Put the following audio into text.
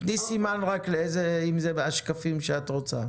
סימן איזה שקפים את רוצה.